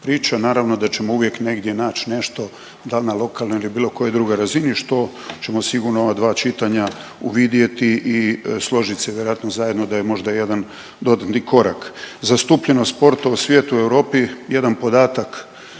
Priča naravno da ćemo uvijek negdje naći na nešto da li na lokalnoj ili bilo kojoj drugoj razini što ćemo sigurno u ova dva čitanja uvidjeti i složit se vjerojatno zajedno da je možda jedan do ili korak. Zastupljenost sporta u svijetu i Europi jedan podatak